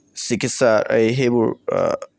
চিকিৎসা সেইবোৰ